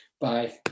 bye